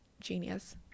genius